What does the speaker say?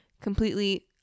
completely